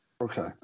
Okay